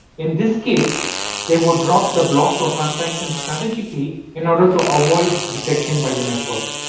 in this case they would drop the blocks or transaction strategically in order to avoid detection by the network.